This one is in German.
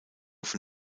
von